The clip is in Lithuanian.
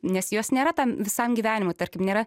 nes jos nėra visam gyvenimui tarkim nėra